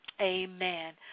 amen